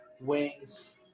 wings